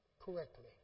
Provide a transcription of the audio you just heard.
correctly